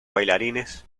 bailarines